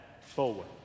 forward